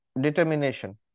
determination